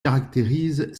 caractérise